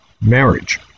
marriage